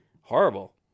horrible